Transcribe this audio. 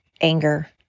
anger